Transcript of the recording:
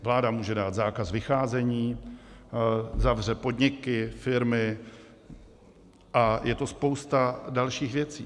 Vláda může dát zákaz vycházení, zavře podniky, firmy a je to spousta dalších věcí.